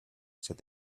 said